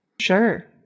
Sure